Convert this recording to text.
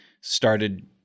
started